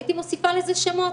הייתי מוסיפה לזה שמות,